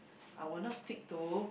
I will not stick to